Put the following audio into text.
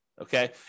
okay